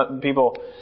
people